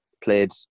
played